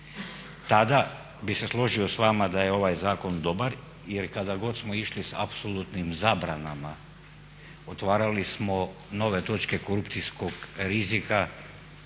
Tada bi se složio s vama da je ovaj zakon dobar jer kada god smo išli s apsolutnim zabranama otvarali smo nove točke korupcijskog rizika